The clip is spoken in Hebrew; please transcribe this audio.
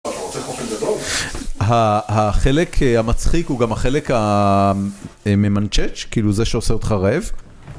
החלק המצחיק הוא גם החלק הממנצ'ץ', כאילו זה שעושה אותך רעב.